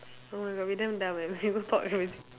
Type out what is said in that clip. oh my god we damn dumb eh we go talk everything